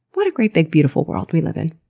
what a great big beautiful world we live in.